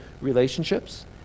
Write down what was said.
relationships